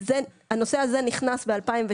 טיפולי שיניים לקשישים, הנושא הזה נכנס ב-2019.